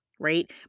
right